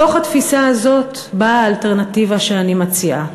מתוך התפיסה הזאת באה האלטרנטיבה שאני מציעה,